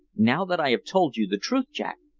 now that i have told you the truth, jack,